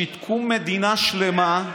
שיתקו מדינה שלמה.